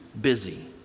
busy